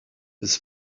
his